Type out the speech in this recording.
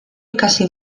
ikasi